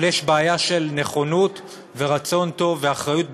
אבל יש בעיה של נכונות ורצון טוב ואחריות,